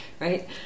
right